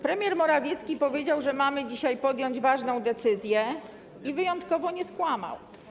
Premier Morawiecki powiedział, że mamy dzisiaj podjąć ważną decyzję, i wyjątkowo nie skłamał.